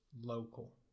local